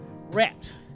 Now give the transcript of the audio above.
Wrapped